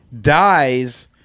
dies